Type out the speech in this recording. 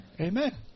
Amen